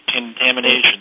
contamination